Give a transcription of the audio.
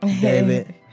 David